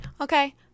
Okay